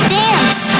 dance